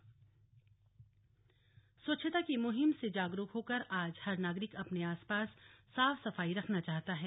स्वच्छ भारत अभियान स्वच्छता की मुहिम से जागरूक होकर आज हर नागरिक अपने आस पास साफ सफाई रखना चाहता है